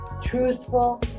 truthful